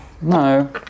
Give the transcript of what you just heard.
No